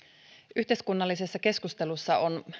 yhteiskunnallisessa keskustelussa on